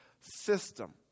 system